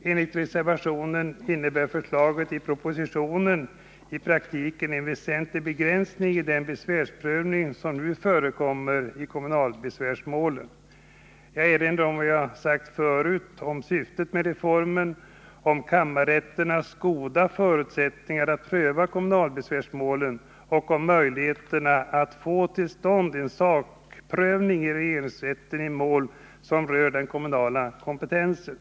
Enligt reservationen innebär förslaget i propositionen i praktiken en väsentlig begränsning i den besvärsprövning som nu förekommer i kommunalbesvärsmålen. Jag erinrar om vad jag förut har sagt om syftet med reformen, om kammarrätternas goda förutsättningar att pröva kommunal Nr 129 besvärsmålen och om möjligheterna att få till stånd en sakprövning i Torsdagen den regeringsrätten i mål som rör den kommunala kompetensen.